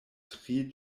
tri